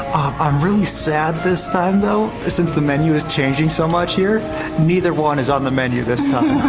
i'm really sad this time though, ah since the menu is changing so much here neither one is on the menu this time.